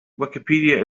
wikipedia